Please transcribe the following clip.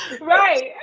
Right